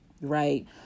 Right